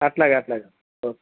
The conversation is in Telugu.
అట్లాగే అట్లాగే ఓకే